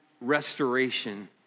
restoration